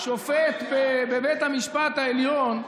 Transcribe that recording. שופט בבית המשפט העליון,